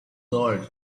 lord